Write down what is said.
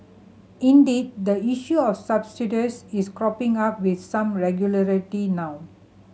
indeed the issue of subsidies is cropping up with some regularity now